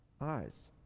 eyes